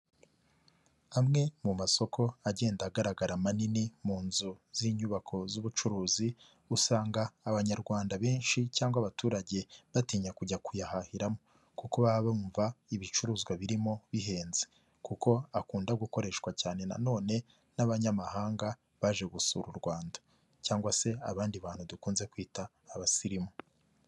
Amwe mu masoko agenda agaragara manini mu nzu z'inyubako z'ubucuruzi usanga abanyarwanda benshi cyangwa abaturage batinya kujya kuyahahiramo, kuko baba bumva ibicuruzwa birimo bihenze kuko akunda gukoreshwa cyane na none n'abanyamahanga baje gusura u Rwanda, cyangwa se abandi bantu dukunze kwita abasirimu.